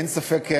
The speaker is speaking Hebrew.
אין ספק,